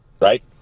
Right